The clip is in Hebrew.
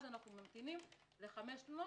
אז אנחנו ממתינים לחמש פניות,